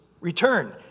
return